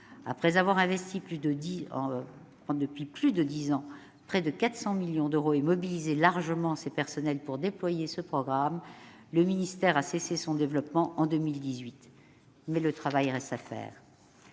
Après avoir investi depuis plus de dix ans près de 400 millions d'euros et mobilisé largement ses personnels pour déployer ce programme, le ministère a cessé en 2018 le développement de ce dernier. Cependant, le travail reste à faire.